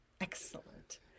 Excellent